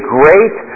great